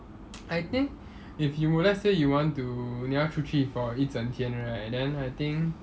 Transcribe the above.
I think if you wo~ let's say you want to 你要出去 for 一整天 right then I think